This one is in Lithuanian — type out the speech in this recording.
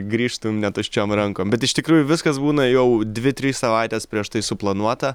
grįžtum netuščiom rankom bet iš tikrųjų viskas būna jau dvi tris savaites prieš tai suplanuota